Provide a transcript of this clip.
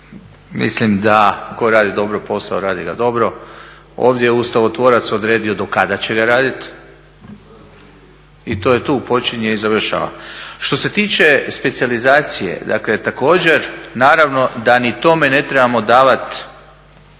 mislim da tko radi dobro posao, radi ga dobro. Ovdje je ustavotvorac odredio do kada će ga raditi i to je tu, počinje i završava. Što se tiče specijalizacije, dakle također, naravno da ni tome ne trebamo davati,